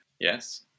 Yes